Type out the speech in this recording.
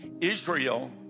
Israel